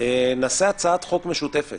שאנחנו נעשה פה הצעת חוק משותפת